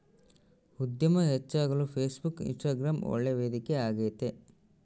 ಉದ್ಯಮ ಹೆಚ್ಚಾಗಲು Facebook, Instagram ಒಳ್ಳೆ ವೇದಿಕೆ ಆಗೈತೆ